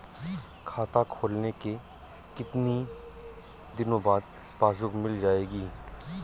खाता खोलने के कितनी दिनो बाद पासबुक मिल जाएगी?